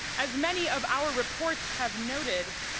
as many of our reports have noted,